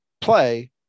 play